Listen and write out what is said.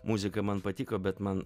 muzika man patiko bet man